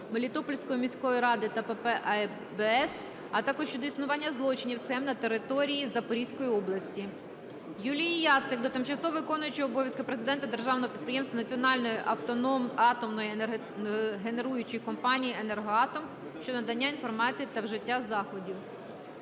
Мелітопольської міської ради та ПП "АБЗ", а також щодо існування злочинних схем на території Запорізької області. Юлії Яцик до тимчасово виконуючого обов'язки президента Державного підприємства Національної атомної енергогенеруючої компанії "Енергоатом" щодо надання інформації та вжиття заходів.